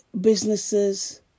Businesses